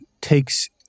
takes